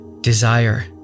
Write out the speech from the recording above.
desire